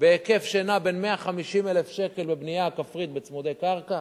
בהיקף שנע בין 150,000 שקל בבנייה כפרית בצמודי קרקע